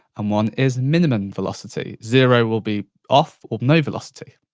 um one is minimum velocity. zero will be off, or no velocity.